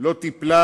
לא טיפלה